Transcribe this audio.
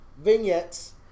vignettes